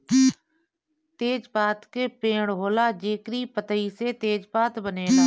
तेजपात के पेड़ होला जेकरी पतइ से तेजपात बनेला